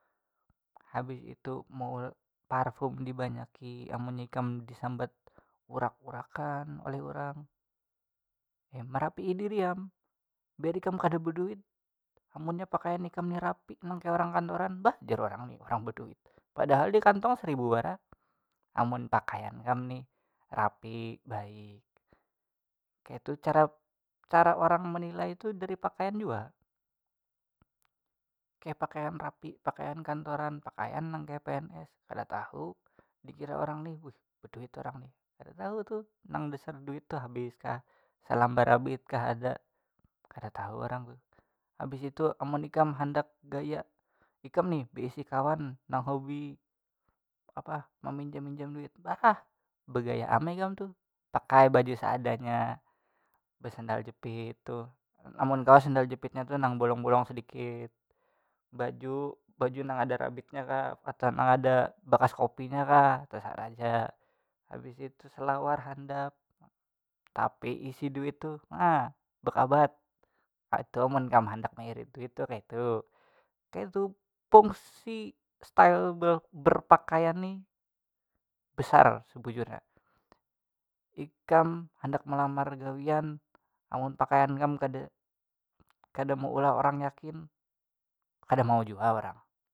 Habis itu meul- parfum dibanyaki amunnya kam disambat urak- urakan oleh urang ya merapii diri am biar ikam kada beduit amunnya pakaian kam ni rapi nang kaya orang kantoran bah jar orang ni orang beduit padahal di kantong seribu wara amun pakaian kam ni rapi baik kayatu cara orang menilai tu dari pakaian jua kaya pakaian rapi pakaian kantoran pakaian nang kaya pns kada tahu dikira orang nih wih beduit orang ni kada tahu tu nang dasar duit tu habis kah salambar rabit kah ada kada tahu orang tu, habis itu amun ikam handak gaya ikam nih beisi kawan nang hobi apa meminjam minjam duit bah begaya am ikam tu pakai baju seadanya besendal jepit tuh amun kawa sendal jepitnya tuh nang bolong bolong sadikit baju nang ada rabitnya kah atau nang ada bakas kopinya kah tasarah ja habistu selawar handap tapi isi duit tu nah bakabat nah tu amun kam handak mairit duit tuh kayatu, kayatu fungsi style be- berpakaian ni besar sabujurnya ikam handak melamar gawian amun pakaian kam kada kada meulah orang yakin kada mau jua orang.